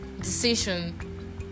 decision